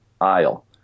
aisle